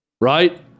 Right